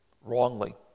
wrongly